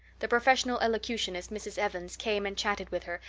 the professional elocutionist, mrs. evans, came and chatted with her,